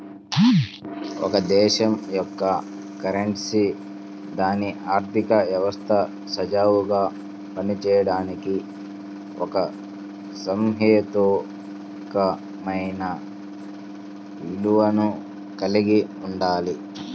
ఒక దేశం యొక్క కరెన్సీ దాని ఆర్థిక వ్యవస్థ సజావుగా పనిచేయడానికి ఒక సహేతుకమైన విలువను కలిగి ఉండాలి